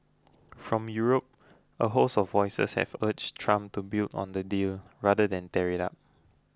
from Europe a host of voices have urged Trump to build on the deal rather than tear it up